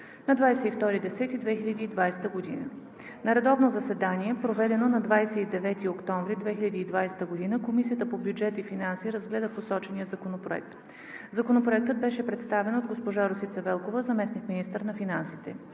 октомври 2020 г. На редовно заседание, проведено на 29 октомври 2020 г., Комисията по бюджет и финанси разгледа посочения законопроект. Законопроектът беше представен от госпожа Росица Велкова – заместник-министър на финансите.